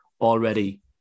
already